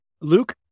Luke